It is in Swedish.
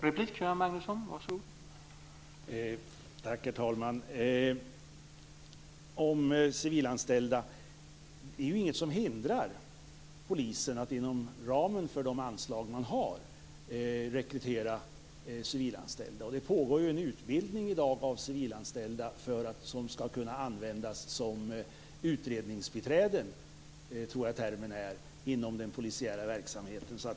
Herr talman! Beträffande civilanställda är det inget som hindrar polisen att rekrytera civilanställda inom ramen för de anslag man har. Det pågår ju en utbildning i dag av civilanställda som skall kunna användas som utredningsbiträden, som jag tror att termen är, inom den polisiära verksamheten.